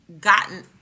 gotten